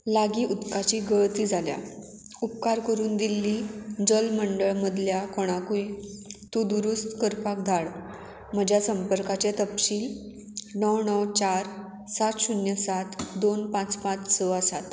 लागीं उदकाची गळती जाल्या उपकार करून दिल्ली जल मंडळ मदल्या कोणाकूय तूं दुरुस्त करपाक धाड म्हज्या संपर्काचे तपशील णव णव चार सात शुन्य सात दोन पांच पांच स आसात